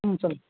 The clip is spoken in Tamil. ம் சொல்